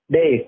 Day